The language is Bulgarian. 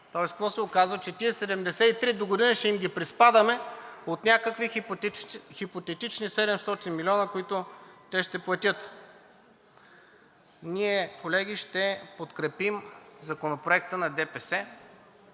какво се оказва? Че тези 73 догодина ще им ги приспадаме от някакви хипотетични 700 милиона, които те ще платят. Ние, колеги, ще подкрепим Законопроекта на ДПС,